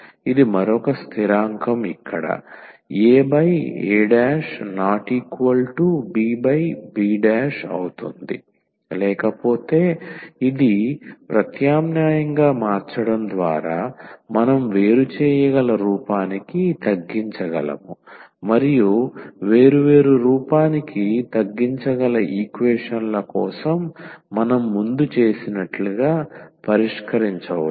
ఇది మరొక స్థిరాంకం ఇక్కడ aabb లేకపోతే ఇది ప్రత్యామ్నాయంగా మార్చడం ద్వారా మనం వేరు చేయగల రూపానికి తగ్గించగలము మరియు వేరు వేరు రూపానికి తగ్గించగల ఈక్వేషన్ ల కోసం మనం ముందు చేసినట్లుగా పరిష్కరించవచ్చు